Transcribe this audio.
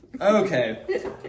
Okay